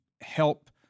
help